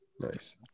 nice